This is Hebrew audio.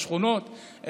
בשכונות,